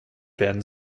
werden